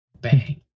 Bang